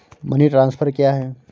Money transfer क्या है?